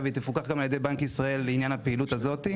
והיא תפוקח גם על ידי בנק ישראל לעניין הפעילות הזאת.